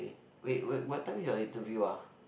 wait wait wait what time is your interview ah